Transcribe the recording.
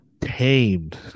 tamed